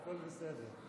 הכול בסדר.